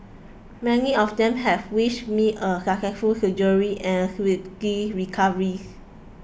many of them have wished me a successful surgery and a recovery